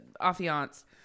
affiance